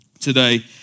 today